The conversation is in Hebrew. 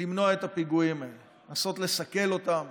למנוע את הפיגועים האלה, לנסות לסכל אותם